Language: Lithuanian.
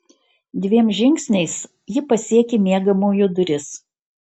dviem žingsniais ji pasiekė miegamojo duris